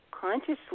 consciously